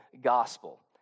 gospel